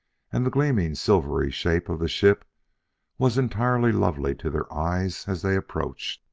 and the gleaming, silvery shape of the ship was entirely lovely to their eyes as they approached.